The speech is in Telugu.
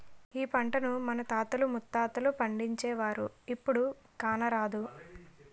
ఈ పంటను మన తాత ముత్తాతలు పండించేవారు, ఇప్పుడు కానరాదు